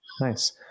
Nice